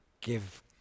give